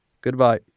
goodbye